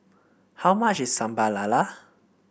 how much is Sambal Lala